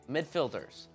Midfielders